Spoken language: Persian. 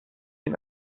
این